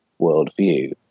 worldview